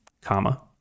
comma